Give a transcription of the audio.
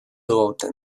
rotten